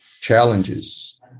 challenges